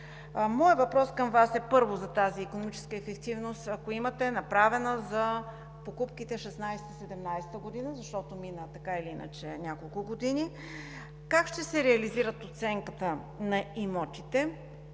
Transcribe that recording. Моят въпрос към Вас е, първо, за тази икономическа ефективност, ако имате направена, за покупките 2016 – 2017 г., защото минаха така или иначе няколко години. Как ще се реализира оценката на имотите,